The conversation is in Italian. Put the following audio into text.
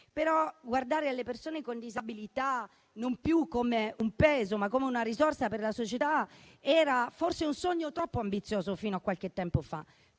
me. Guardare alle persone con disabilità non più come un peso, ma come una risorsa per la società, era forse un sogno troppo ambizioso fino a qualche tempo fa.